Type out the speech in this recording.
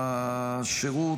תחת השירות,